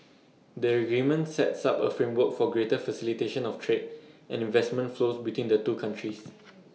the agreement sets up A framework for greater facilitation of trade and investment flows between the two countries